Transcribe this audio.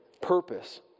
purpose